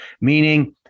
meaning